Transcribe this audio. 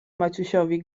maciusiowi